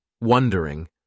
wondering